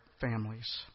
families